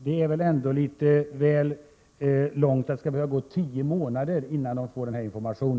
Det är väl ändå litet väl lång tid när det skall behöva gå tio månader innan det lämnas information?